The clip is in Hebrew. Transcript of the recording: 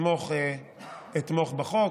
אתמוך בחוק.